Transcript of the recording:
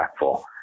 impactful